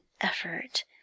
effort